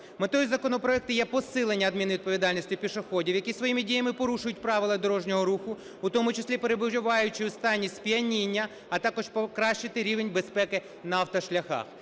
Метою законопроекту є посилення адмінвідповідальності пішоходів, які своїми діями порушують правила дорожнього руху, у тому числі перебуваючи у стані сп'яніння, а також покращити рівень безпеки на автошляхах.